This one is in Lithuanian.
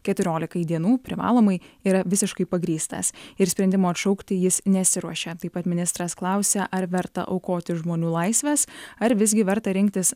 keturiolikai dienų privalomai yra visiškai pagrįstas ir sprendimo atšaukti jis nesiruošia taip pat ministras klausė ar verta aukoti žmonių laisves ar visgi verta rinktis